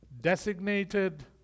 designated